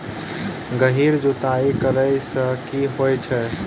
गहिर जुताई करैय सँ की होइ छै?